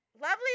Lovely